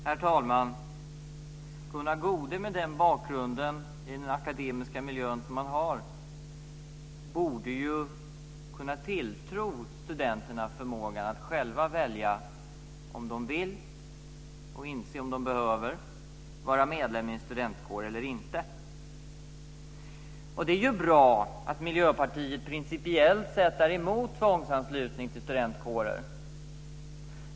Herr talman! Gunnar Goude med den bakgrund i den akademiska miljön som han har borde kunna tilltro studenterna förmågan att själva välja om de vill och inse om de behöver vara medlemmar i en studentkår eller inte. Det är ju bra att Miljöpartiet principiellt sett är emot tvångsanslutning till studentkårer.